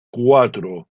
cuatro